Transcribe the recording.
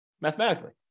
mathematically